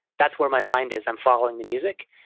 that's where my mind is, i'm following the music.